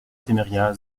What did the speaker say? semeria